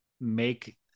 make